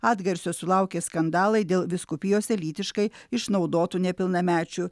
atgarsio sulaukė skandalai dėl vyskupijose lytiškai išnaudotų nepilnamečių